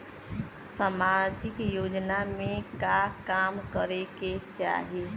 सामाजिक योजना में का काम करे के चाही?